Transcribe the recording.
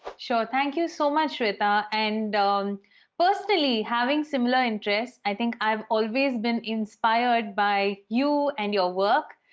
sure. thank you so much, shweta. and um personally, having similar interests, i think i've always been inspired by you and your work.